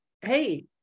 hey